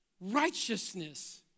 Righteousness